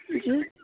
جی